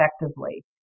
effectively